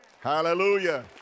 Hallelujah